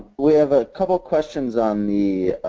we have a couple questions on the